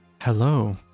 hello